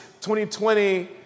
2020